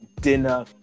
dinner